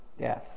death